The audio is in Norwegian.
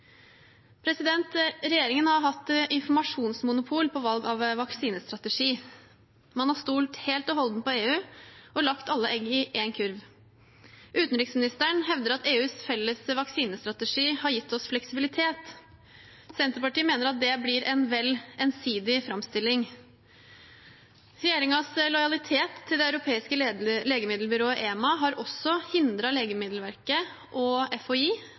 Regjeringen har hatt informasjonsmonopol på valg av vaksinestrategi. Man har stolt helt og holdent på EU og lagt alle egg i én kurv. Utenriksministeren hevder at EUs felles vaksinestrategi har gitt oss fleksibilitet. Senterpartiet mener at det blir en vel ensidig framstilling. Regjeringens lojalitet til Det europeiske legemiddelbyrået, EMA, har også hindret Legemiddelverket og FHI i